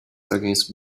against